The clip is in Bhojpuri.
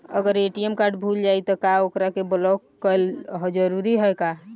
अगर ए.टी.एम कार्ड भूला जाए त का ओकरा के बलौक कैल जरूरी है का?